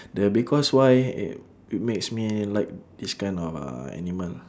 the because why it it makes me like this kind of uh animal